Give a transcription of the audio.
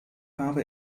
habe